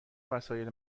وسایل